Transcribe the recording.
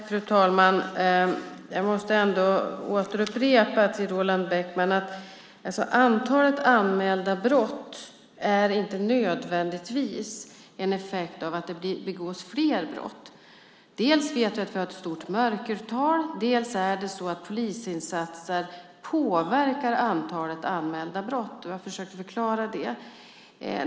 Fru talman! Låt mig upprepa till Roland Bäckman att antalet anmälda brott inte nödvändigtvis är en effekt av att det begås fler brott. Dels vet vi att vi har ett stort mörkertal, dels är det så att polisinsatser påverkar antalet anmälda brott. Jag har försökt förklara det.